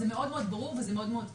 זה מאוד מאוד ברור וזה מאוד מאוד קל.